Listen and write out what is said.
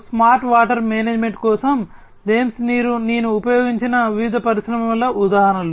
smart water management కోసం Thames water నేను ఉపయోగించిన వివిధ పరిశ్రమల ఉదాహరణలు